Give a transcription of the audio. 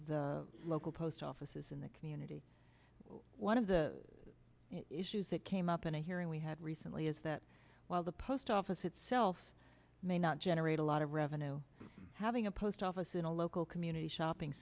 the local post offices in the community one of the issues that came up in a hearing we had recently is that while the post office itself may not generate a lot of revenue having a post office in a local community shopping